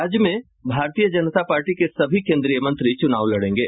राज्य में भारतीय जनता पार्टी के सभी केन्द्रीय मंत्री चुनाव लड़ेंगे